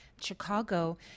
Chicago